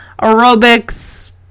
aerobics